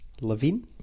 Levine